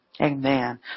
Amen